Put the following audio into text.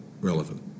relevant